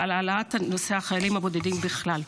ועל העלאת נושא החיילים הבודדים בכלל.